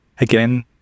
again